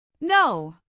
No